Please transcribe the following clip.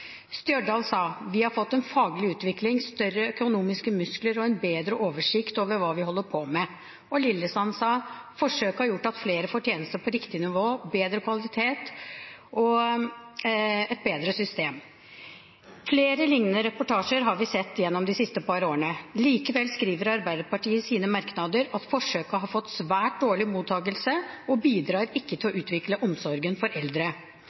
Stjørdal sa man: «Vi har fått en faglig utvikling, større økonomiske muskler og en bedre oversikt over hva vi holder på med i omsorgssektoren.» I Lillesand sa man at forsøket har gjort at flere får tjenester på riktig nivå. Videre sa man: «Vi har fått bedre kvalitet og et bedre system.» Flere lignende reportasjer har vi sett gjennom de siste par årene. Likevel skriver bl.a. Arbeiderpartiet i sine merknader at «forsøket har fått svært dårlig mottakelse i kommunene og bidrar ikke